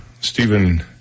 Stephen